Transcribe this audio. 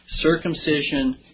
circumcision